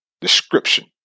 description